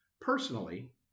Personally